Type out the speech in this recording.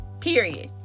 period